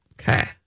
Okay